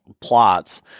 plots